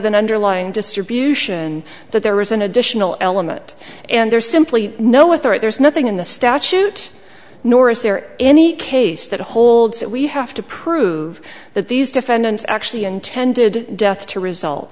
than underlying distribution that there was an additional element and there's simply no one thought there's nothing in the statute nor is there any case that holds that we have to prove that these defendants actually intended death to res